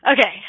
okay